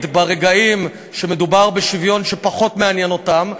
ברגעים שמדובר בשוויון שפחות מעניין אותם,